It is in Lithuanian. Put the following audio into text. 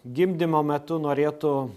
gimdymo metu norėtų